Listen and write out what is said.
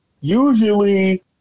usually